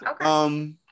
Okay